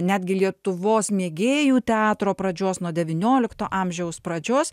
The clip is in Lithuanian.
netgi lietuvos mėgėjų teatro pradžios nuo devyniolikto amžiaus pradžios